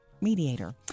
Mediator